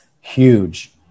huge